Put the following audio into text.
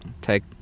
take